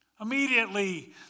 Immediately